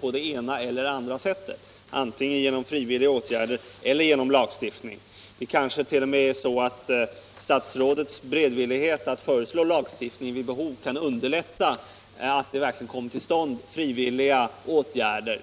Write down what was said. på det ena eller andra sättet: antingen genom frivilliga åtgärder eller genom lagstiftning. Det kanske t.o.m. är så att statsrådets beredvillighet att föreslå lagstiftning vid behov kan underlätta tillkomsten av frivilliga åtgärder.